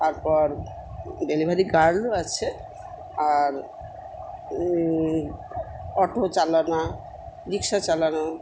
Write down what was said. তারপর ডেলিভারি গার্লও আছে আর অটো চালানো রিক্সা চালানো